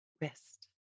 wrist